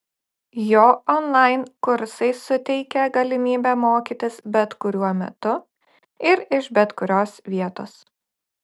jo onlain kursai suteikė galimybę mokytis bet kuriuo metu ir iš bet kurios vietos